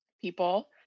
people